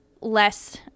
less